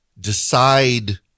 decide